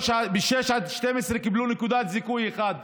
6 12 קיבלו נקודת זיכוי אחת,